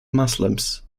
muslims